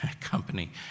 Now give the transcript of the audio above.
company